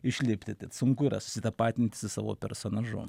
išlipti tad sunku yra susitapatinti su savo personažu